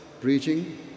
preaching